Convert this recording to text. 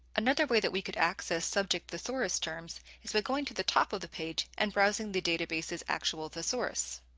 another way that we could access subject thesaurus terms is by but going to the top of the page and browsing the databases actual thesaurus.